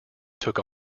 took